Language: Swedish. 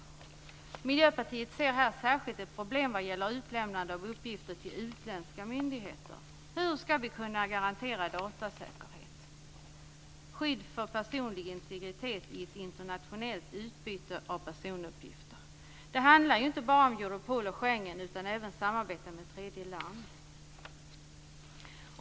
Vi i Miljöpartiet ser här ett särskilt problem vad gäller utlämnande av uppgifter till utländska myndigheter. Hur skall vi kunna garantera datasäkerhet - skydd för personlig integritet i ett internationellt utbyte av personuppgifter? Det handlar ju inte bara om Europol och Schengen utan även om samarbetet med tredje land.